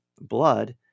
blood